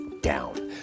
down